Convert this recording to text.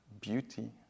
beauty